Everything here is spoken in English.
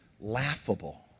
laughable